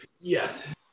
Yes